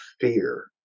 fear